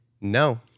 No